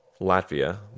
Latvia